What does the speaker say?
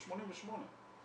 ב-1988.